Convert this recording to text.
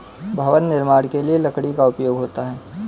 भवन निर्माण के लिए लकड़ी का उपयोग होता है